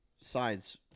sides